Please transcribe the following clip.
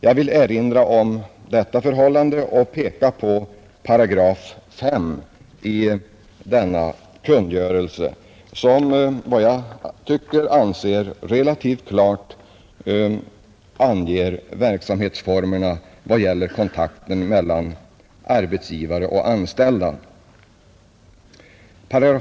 Jag vill erinra om detta förhållande och peka på 58 i denna kungörelse, som enligt vad jag anser relativt klart anger verksamhetsformerna när det gäller kontakten mellan arbetsgivare och anställda.